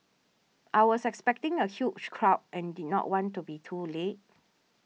I was expecting a huge crowd and did not want to be too late